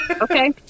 Okay